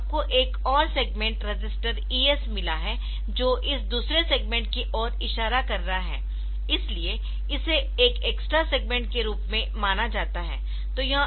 तो आपको एक और सेगमेंट रजिस्टर ES मिला है जो इस दूसरे सेगमेंट की ओर इशारा कर रहा है इसलिए इसे एक एक्स्ट्रा सेगमेंट के रूप में माना जाता है